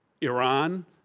Iran